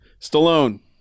Stallone